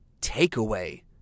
takeaway